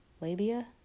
labia